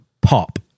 Pop